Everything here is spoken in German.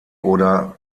oder